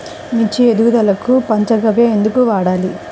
మిర్చి ఎదుగుదలకు పంచ గవ్య ఎందుకు వాడాలి?